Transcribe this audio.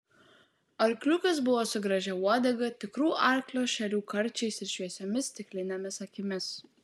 arkliukas buvo su gražia uodega tikrų arklio šerių karčiais ir šviesiomis stiklinėmis akimis